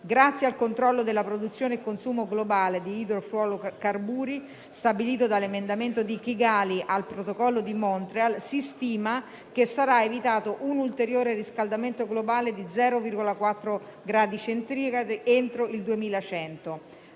Grazie al controllo della produzione e del consumo globale di idrofluorocarburi, stabilito dall'emendamento di Kigali al Protocollo di Montreal, si stima che sarà evitato un ulteriore riscaldamento globale di 0,4 gradi centigradi entro il 2100,